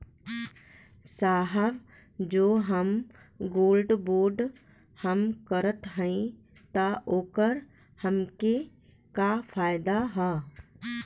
साहब जो हम गोल्ड बोंड हम करत हई त ओकर हमके का फायदा ह?